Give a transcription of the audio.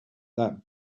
that